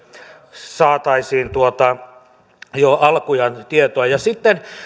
saataisiin jo alkujaan tietoa ja sitten